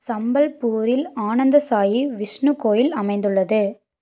சம்பல்பூரில் ஆனந்தசாயி விஷ்ணு கோயில் அமைந்துள்ளது